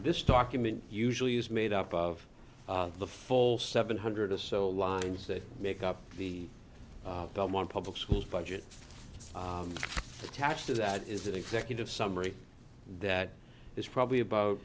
this document usually is made up of the full seven hundred or so lines that make up the belmont public schools budget attached to that is that executive summary that is probably about